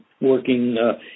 working